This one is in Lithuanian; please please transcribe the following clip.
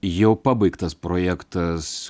jau pabaigtas projektas